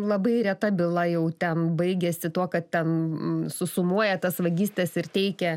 labai reta byla jau ten baigiasi tuo kad ten susumuoja tas vagystes ir teikia